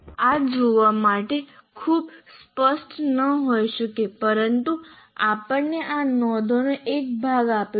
આ જોવા માટે ખૂબ સ્પષ્ટ ન હોઈ શકે પરંતુ આપણે આ નોંધોનો એક ભાગ આપીશું